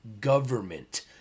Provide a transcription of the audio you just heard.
government